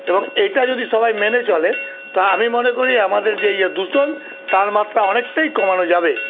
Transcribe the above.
এবং এটা যদি সবাই মেনে চলে তো আমি মনে করি আমাদের যে এই দূষণ তার মাত্রা অনেকটাই কমানো যাবে